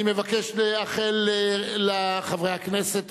אני מבקש לאחל לחברי הכנסת,